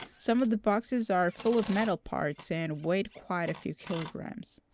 some of the boxes are full of metal parts and weight quite a few kilograms.